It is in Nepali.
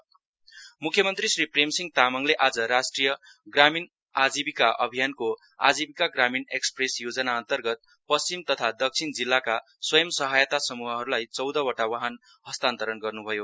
एजिईवाई भेकल एचसिएम मुख्यमन्त्री श्री प्रेमसिंह तामडले आज राष्ट्रिय ग्रामीण आजिविका अभियानको आजिविका ग्रामीण एकसप्रेस योजना अन्तर्गत पश्चिम तथा दक्षिण जिल्लाका स्वयं सहायता समूहहरूलाई चौधवटा बाहन हस्तान्तरण गर्नुभयो